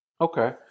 Okay